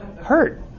hurt